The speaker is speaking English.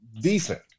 decent